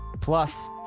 plus